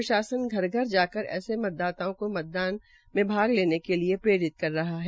प्रशासन घर घर जाकर ऐसे मतदाताओं को मतदान में भाग लेने के लिए प्रेरित कर रहा है